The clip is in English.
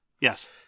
Yes